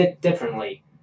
differently